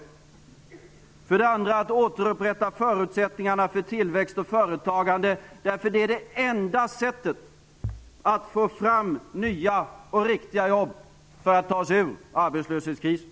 Det gällde för det andra att återupprätta förutsättningarna för tillväxt och företagande, eftersom det är det enda sättet att få fram nya och riktiga jobb, vilket vi behöver för att ta oss ur arbetslöshetskrisen.